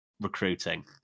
recruiting